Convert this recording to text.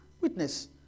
witness